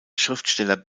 schriftsteller